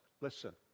listen